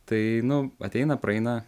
tai nu ateina praeina